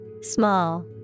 Small